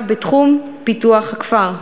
תחום פיתוח הכפר,